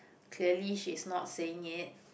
clearly she's not saying it